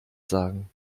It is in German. sagen